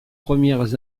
premières